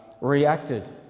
reacted